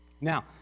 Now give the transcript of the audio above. Now